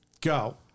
go